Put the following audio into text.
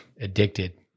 Addicted